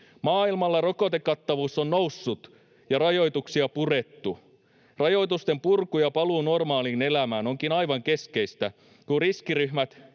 Maailmalla rokotekattavuus on noussut ja rajoituksia purettu. Rajoitusten purku ja paluu normaaliin elämään onkin aivan keskeistä, kun riskiryhmät